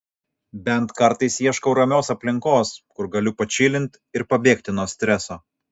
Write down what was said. bent kartais ieškau ramios aplinkos kur galiu pačilint ir pabėgti nuo streso